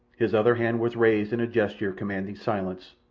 his other hand was raised in a gesture commanding silence,